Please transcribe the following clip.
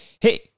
hey